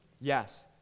Yes